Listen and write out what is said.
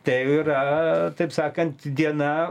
tai yra taip sakant diena